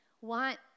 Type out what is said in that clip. want